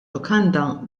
lukanda